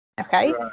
okay